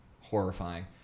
horrifying